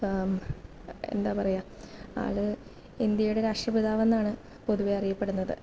എന്താണു പറയുക ആള് ഇന്ത്യയുടെ രാഷ്ട്രപിതാവെന്നാണ് പൊതുവെ അറിയപ്പെടുന്നത്